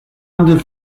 under